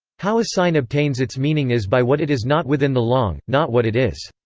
how a sign obtains its meaning is by what it is not within the langue, not what it is.